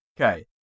Okay